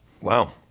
Wow